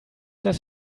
das